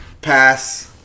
Pass